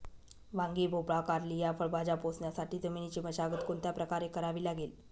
वांगी, भोपळा, कारली या फळभाज्या पोसण्यासाठी जमिनीची मशागत कोणत्या प्रकारे करावी लागेल?